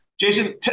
Jason